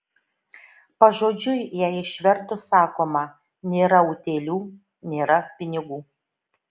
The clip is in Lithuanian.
pažodžiui ją išvertus sakoma nėra utėlių nėra pinigų